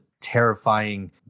terrifying